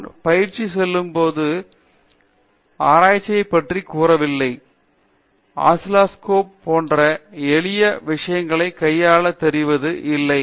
நான் பயிற்சி சொல்லும்போது ஆராய்ச்சியை பற்றி கூறவில்லை அசிலோஸ்கோப் போன்ற எளிய விஷயங்களைப் கையாள தெரிவது இல்லை